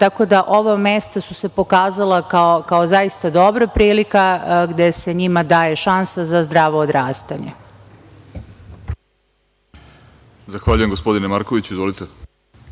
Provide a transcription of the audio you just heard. tako da ova mesta su se pokazala kao zaista dobra prilika, gde se njima daje šansa za zdravo odrastanje. **Vladimir Orlić** Zahvaljujem. Gospodine Markoviću, izvolite.